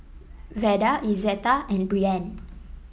Vada Izetta and Brianne